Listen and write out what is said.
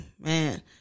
man